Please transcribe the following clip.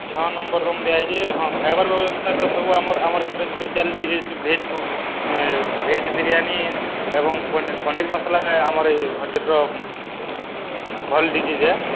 ଛଅ number room ଦିଆହେଇଛେ ହଁ ଖାଏବାର୍ ବ୍ୟବସ୍ଥା ତ ସବୁ ଆମର୍ ଆମର୍ ଇଥିରେ special dish veg veg biryani ଏବଂ ପନିର୍ ମସଲା ଆମର୍ ଇ ହୋଟେଲ୍ର ଭଲ୍ ଡିସ ଏ